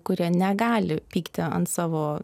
kurie negali pykti ant savo